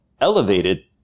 elevated